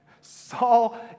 Saul